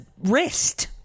wrist